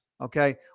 Okay